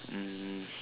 um